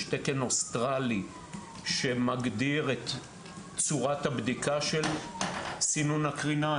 יש תקן אוסטרלי שמגדיר את צורת הבדיקה של סינון הקרינה.